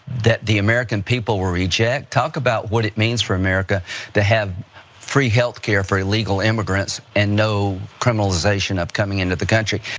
that the american people will reject. talk about what it means for america to have free healthcare for illegal immigrants and no criminalization of coming into the country.